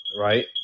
right